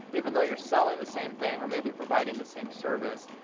even though you're selling the same thing or maybe providing the same service,